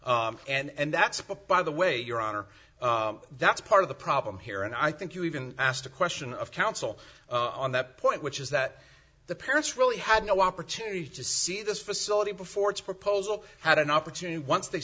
input and that's a book by the way your honor that's part of the problem here and i think you even asked a question of counsel on that point which is that the parents really had no opportunity to see this facility before its proposal had an opportunity once they